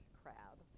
crab